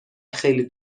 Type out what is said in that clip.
خیلی